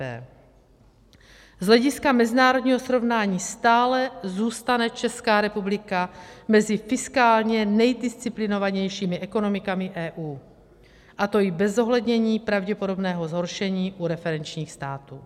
Z hlediska mezinárodního srovnání stále zůstane Česká republika mezi fiskálně nejdisciplinovanějšími ekonomikami EU, a to i bez zohlednění pravděpodobného zhoršení u referenčních států.